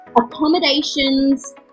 accommodations